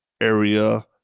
area